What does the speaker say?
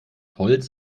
holz